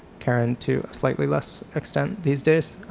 karen, to a slightly less extent these days,